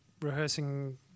rehearsing